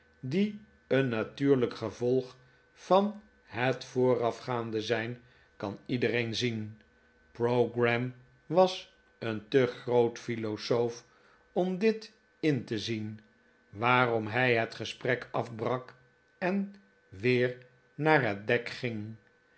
die een natuurlijk gevolg van het voorafgaande zijn kan iedereen zien pogram was een te groot philosoof om dit in te zien waarom hij het gesprek afbrak en weer naar het dek ging